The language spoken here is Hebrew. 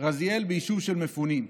רזיאל ביישוב של מפונים,